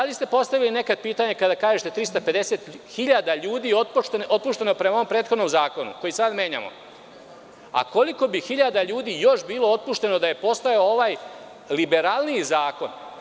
Da li ste postavili nekad pitanje, kada kažete 350 hiljada ljudi je otpušteno prema ovom prethodnom zakonu koji sada menjamo, a koliko bi hiljada ljudi još bilo otpušteno da je postojao ovaj liberalniji zakon?